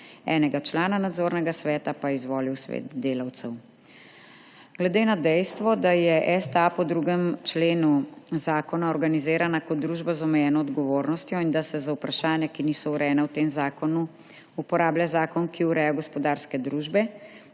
enega člana Nadzornega sveta pa je izvolil Svet delavcev. Glede na dejstvo, da je STA po drugem členu zakona organizirana kot družba z omejeno odgovornostjo in da se za vprašanja, ki niso urejena v tem zakonu, uporablja zakon, ki ureja gospodarske družbe,